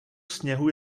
sněhu